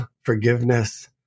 forgiveness